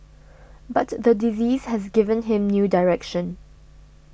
but the disease has given him new direction